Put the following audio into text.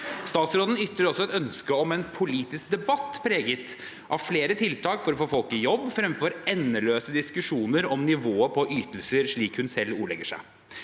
Statsråden ytrer også et ønske om en politisk debatt preget av flere tiltak for å få folk i jobb fremfor endeløse diskusjoner om nivået på ytelser, slik hun selv ordlegger seg.